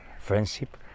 friendship